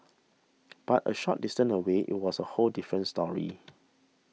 but a short distance away it was a whole different story